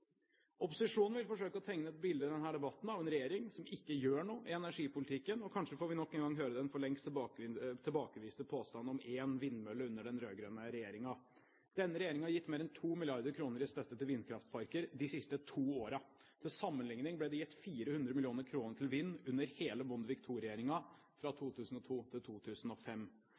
Opposisjonen vil forsøke å tegne et bilde i denne debatten av en regjering som ikke gjør noe i energipolitikken, og kanskje får vi nok en gang høre den for lengst tilbakeviste påstanden om én vindmølle under den rød-grønne regjeringen. Denne regjeringen har gitt mer enn 2 mrd. kr i støtte til vindkraftparker de siste to årene. Til sammenligning ble det gitt 400 mill. kr til vindkraftsatsing under hele Bondevik II-regjeringen fra 2002 til 2005.